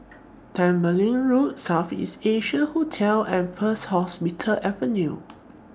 Tembeling Road South East Asia Hotel and First Hospital Avenue